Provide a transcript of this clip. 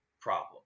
problem